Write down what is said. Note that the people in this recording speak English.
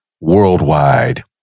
worldwide